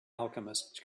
alchemist